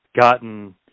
gotten